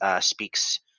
speaks